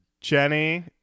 Jenny